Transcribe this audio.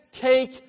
take